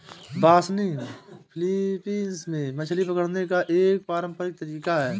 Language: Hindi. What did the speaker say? बासनिग फिलीपींस में मछली पकड़ने का एक पारंपरिक तरीका है